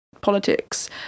politics